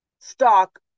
stock